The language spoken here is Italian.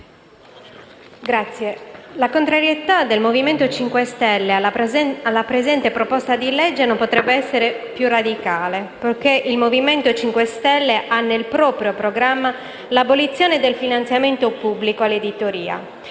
la contrarietà del Movimento 5 Stelle alla presente proposta di legge non potrebbe essere più radicale poiché il Movimento 5 Stelle ha nel proprio programma l'abolizione del finanziamento pubblico all'editoria.